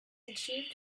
achieved